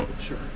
sure